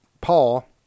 Paul